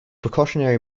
precautionary